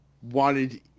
wanted